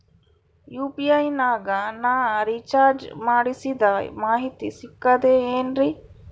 UPI ನಾಗ ನಾ recharge ಮಾಡಿಸಿದ ಮಾಹಿತಿ ಸಿಕ್ತದೆ ಏನ್ರಿ?